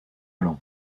blanc